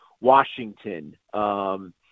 Washington